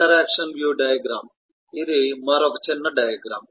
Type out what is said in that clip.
interaction view diagram ఇది మరొక చిన్న డయాగ్రమ్